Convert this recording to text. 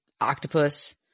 octopus